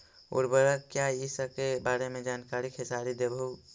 उर्वरक क्या इ सके बारे मे जानकारी खेसारी देबहू?